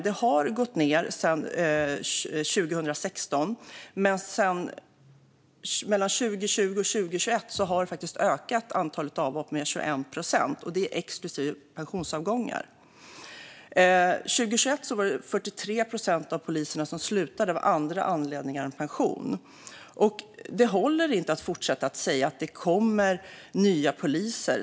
Det gick nedåt från 2016, men sedan 2020 eller 2021 har antalet avhopp faktiskt ökat med 21 procent. Detta är exklusive pensionsavgångar. År 2021 var det 43 procent av poliserna som slutade av andra anledningar än pension. Det håller inte att fortsätta att säga att det kommer nya poliser.